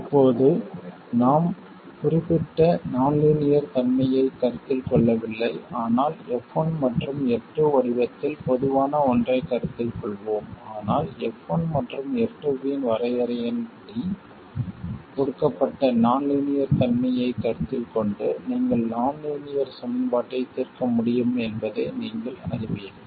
இப்போது நாம் குறிப்பிட்ட நான் லீனியர் தன்மையைக் கருத்தில் கொள்ளவில்லை ஆனால் f1 மற்றும் f2 வடிவத்தில் பொதுவான ஒன்றைக் கருத்தில் கொள்வோம் ஆனால் f1 மற்றும் f2 இன் வரையறையின்படி கொடுக்கப்பட்ட நான் லீனியர் தன்மையைக் கருத்தில் கொண்டு நீங்கள் நான் லீனியர் சமன்பாட்டை தீர்க்க முடியும் என்பதை நீங்கள் அறிவீர்கள்